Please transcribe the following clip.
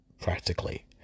practically